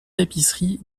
tapisseries